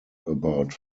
about